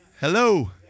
hello